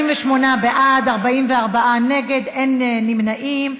38 בעד, 44 נגד, אין נמנעים.